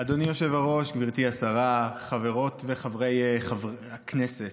היושב-ראש, גברתי השרה, חברות וחברי הכנסת,